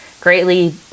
greatly